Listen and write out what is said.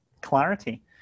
clarity